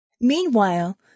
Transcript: Meanwhile